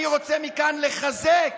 אני רוצה מכאן לחזק